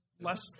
less